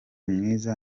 mwiza